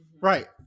right